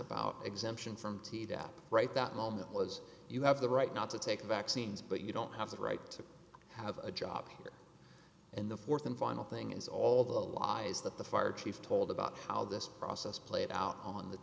about exemption from t that right that moment was you have the right not to take vaccines but you don't have the right to have a job here in the th and final thing is all the lies that the fire chief told about how this process played out on the